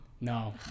No